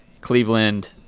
Cleveland